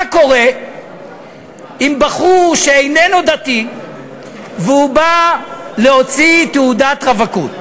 מה קורה אם בחור שאיננו דתי שבא להוציא תעודת רווקות,